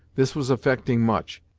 this was effecting much,